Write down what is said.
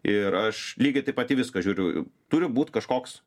ir aš lygiai taip pat į viską žiūriu turi būt kažkoks